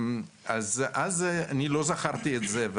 אז אני לא זכרתי את זה,